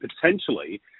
potentially